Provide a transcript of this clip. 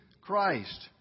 Christ